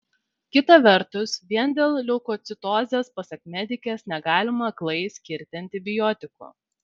kita vertus vien dėl leukocitozės pasak medikės negalima aklai skirti antibiotikų